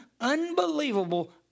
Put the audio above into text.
unbelievable